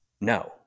No